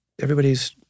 Everybody's